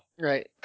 Right